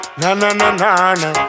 na-na-na-na-na